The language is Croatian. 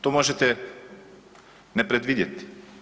Tu možete ne predvidjeti.